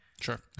Sure